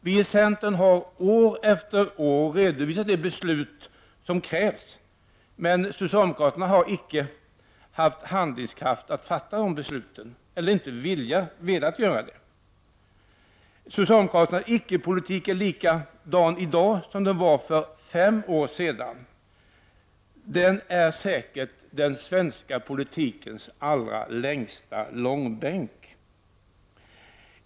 Vi i centern har år efter år redovisat de beslut som krävs, men socialdemokraterna har icke haft handlingskraft att fatta dessa beslut, eller också har de inte velat göra det. Socialdemokraternas icke-politik är likadan i dag som den var för fem år sedan. Den är säkert den svenska politikens allra längsta långbänk.